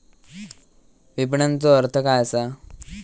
विपणनचो अर्थ काय असा?